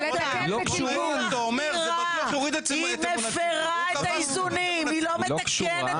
היא מפרה את האיזונים, היא לא מתקנת אותם.